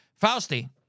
Fausti